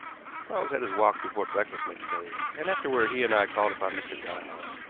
quarles had his walk before breakfast next day, and afterward he and i called upon mr. giles.